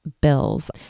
bills